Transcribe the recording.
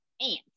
Ants